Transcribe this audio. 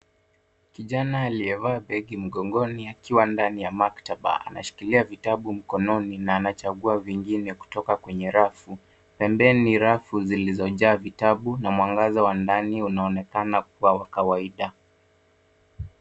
Kijana aliyevaa begi mgongoni akiwa ndani ya maktaba. Anashikilia vitabu mkononi na anachagua vingine kutoka kwenye rafu. Pembeni ni rafu zilizojaa vitabu na mwangaza wa ndani unaoonekana kuwa wa kawaida.